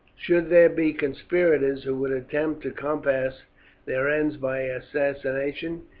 should there be conspirators who would attempt to compass their ends by assassination,